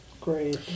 Great